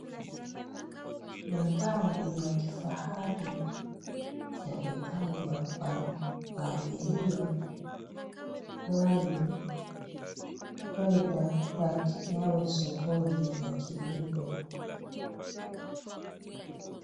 Magari ya kifahari yamepangwa kwa mpangilio maalum. Huenda yawe sokoni yakiuzwa.